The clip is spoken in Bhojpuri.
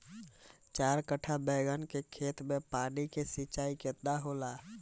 चार कट्ठा बैंगन के खेत में पानी के सिंचाई केतना होला?